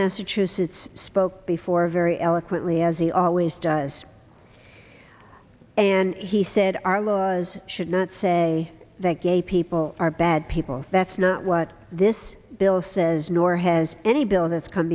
massachusetts spoke before very eloquently as he always does and he said our laws should not say that gay people are bad people that's not what this bill says nor has any bil